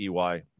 EY